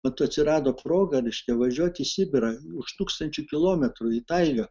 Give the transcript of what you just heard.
mat atsirado proga reiškia važiuot į sibirą už tūkstančių kilometrų į taigą